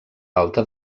alta